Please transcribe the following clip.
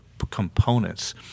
components